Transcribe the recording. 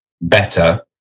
better